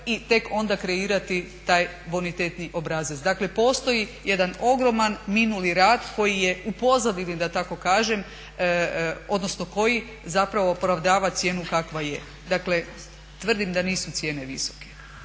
i tek onda kreirati taj bonitetni obrazac. Dakle, postoji jedan ogroman minuli rad koji je u pozadini da tako kažem odnosno koji zapravo opravdava cijenu kakva je. Dakle, tvrdim da nisu cijene visoke.